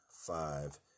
five